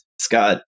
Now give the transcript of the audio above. Scott